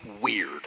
weird